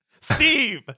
Steve